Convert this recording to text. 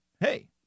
hey